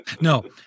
No